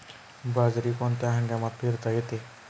बाजरी कोणत्या हंगामात पेरता येते?